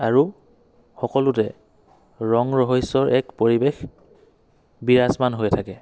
আৰু সকলোতে ৰং ৰহইচৰ এক পৰিৱেশ বিৰাজমান হৈ থাকে